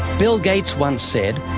bill gates once said,